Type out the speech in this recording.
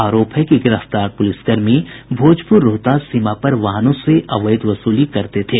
आरोप है कि गिरफ्तार प्रलिसकर्मी भोजपुर रोहतास सीमा पर वाहनों से अवैध वसूली करते थे